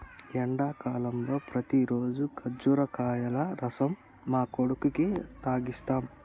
ఎండాకాలంలో ప్రతిరోజు కర్బుజకాయల రసం మా కొడుకుకి తాగిస్తాం